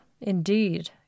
indeed